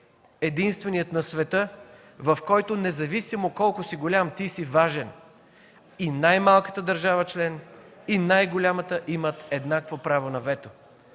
единственият на света, в който независимо колко си голям, ти си важен – и най-малката държава член, и най-голямата, имат еднакво право на вето.